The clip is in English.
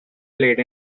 played